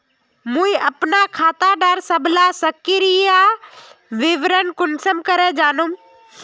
मुई अपना खाता डार सबला सक्रिय विवरण कुंसम करे जानुम?